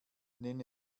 nenn